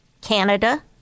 Canada